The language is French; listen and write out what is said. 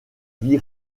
vie